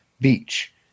Beach